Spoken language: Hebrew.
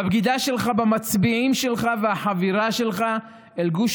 בבגידה שלך במצביעים שלך ובחבירה שלך אל גוש